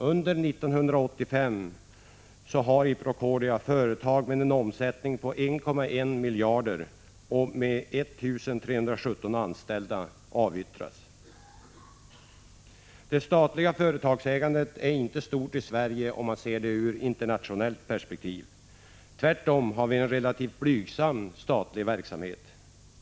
Under 1985 avyttrades Procordiaföretag som hade 1 317 anställda och en omsättning på 1,1 miljard kronor. Det statliga företagsägandet i Sverige är inte stort sett ur internationellt perspektiv. Vi har tvärtom en relativt blygsam statlig verksamhet.